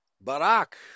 Barak